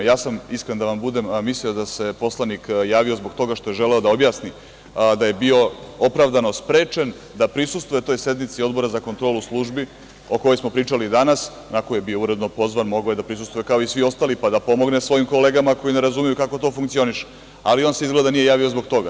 Ja sam, iskren da budem, mislio da se Poslanik javio zbog toga što je želeo da objasni da je bio opravdano sprečen da prisustvuje toj sednici Odbora za kontrolu službi bezbednosti, o kojoj smo pričali danas, na koju je bio uredno pozvan, mogao je da prisustvuje kao i svi ostali, pa da pomogne svojim kolegama koji ne razumeju kako to funkcioniše, ali, on se izgleda nije javio zbog toga.